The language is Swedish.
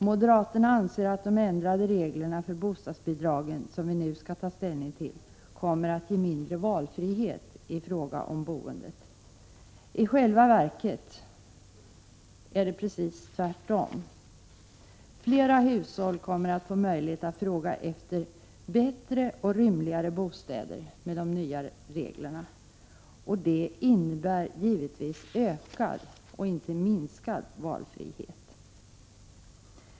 Moderaterna anser att de ändrade reglerna för bostadsbidragen, som vi nu skall ta ställning till, kommer att ge mindre valfrihet i fråga om boendet. I själva verket är det precis tvärtom. Flera hushåll kommer att få möjlighet att efterfråga bättre och rymligare bostäder med de nya reglerna. Det innebär givetvis ökad och inte minskad valfrihet.